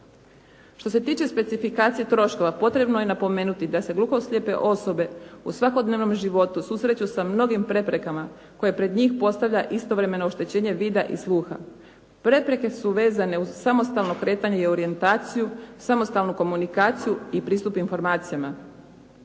Što se tiče specifikacije troškova, potrebno je napomenuti da se gluho-slijepe osobe u svakodnevnom životu susreću sa mnogim preprekama koje pred njih postavlja istovremeno oštećenje vida i sluha. Prepreke su vezane uz samostalno kretanje i orijentaciju, samostalnu komunikaciju i pristup informacijama.